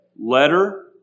letter